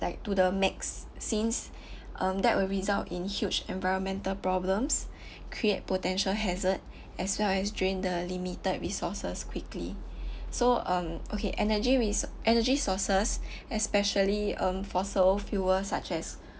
like to the max since um that will result in huge environmental problems create potential hazard as well as drain the limited resources quickly so um okay energy waste energy sources especially um fossil fuels such as